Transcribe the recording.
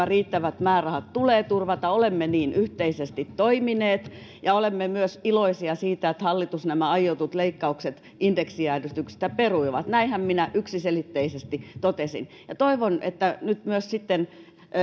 riittävät määrärahat tulee turvata olemme niin yhteisesti toimineet ja olemme myös iloisia siitä että hallitus nämä aiotut leikkaukset indeksijäädytykset perui näinhän minä yksiselitteisesti totesin ja toivon että nyt myös sitten